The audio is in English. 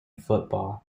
football